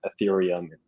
ethereum